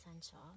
essential